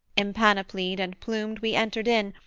empanoplied and plumed we entered in,